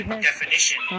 definition